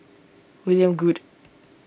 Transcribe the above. William Goode